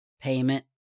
payment